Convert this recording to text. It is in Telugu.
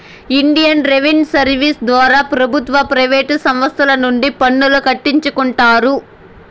ఇండియన్ రెవిన్యూ సర్వీస్ ద్వారా ప్రభుత్వ ప్రైవేటు సంస్తల నుండి పన్నులు కట్టించుకుంటారు